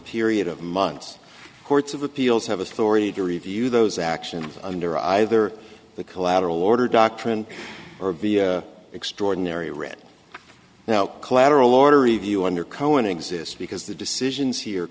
period of months courts of appeals have authority to review those actions under either the collateral order doctrine or via extraordinary read now collateral order review under cohen exists because the decisions